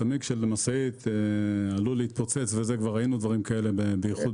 צמיג של משאית עלול להתפוצץ וכבר ראינו מקרים כאלה.